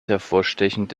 hervorstechend